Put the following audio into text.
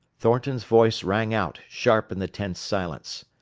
thornton's voice rang out, sharp in the tense silence.